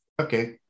okay